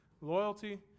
Loyalty